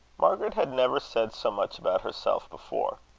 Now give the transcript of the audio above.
margaret had never said so much about herself before.